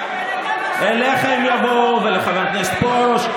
אליך הם יבואו ולחבר הכנסת פרוש,